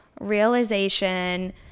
realization